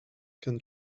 can